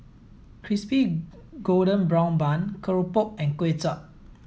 Crispy Golden Brown Bun Keropok and Kuay Chap